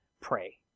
pray